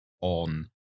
on